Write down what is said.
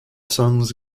songs